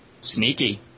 Sneaky